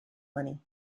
money